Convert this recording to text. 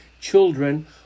children